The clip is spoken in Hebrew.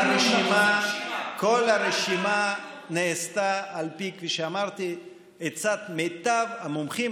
כפי שאמרתי, נעשתה על פי עצת מיטב המומחים.